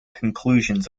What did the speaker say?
conclusions